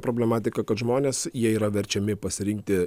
problematiką kad žmonės jie yra verčiami pasirinkti